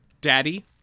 daddy